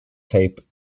tape